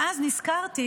ואז נזכרתי